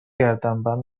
گردنبند